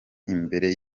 imbere